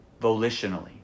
volitionally